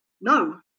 No